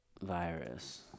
virus